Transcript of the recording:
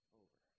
over